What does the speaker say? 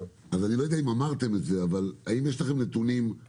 אני לא יודע אם אמרתם את זה אבל האם יש לכם נתונים על החוסר,